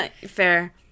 fair